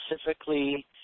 specifically